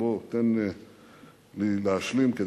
אפשר לשאול שאלה אחת,